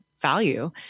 value